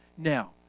Now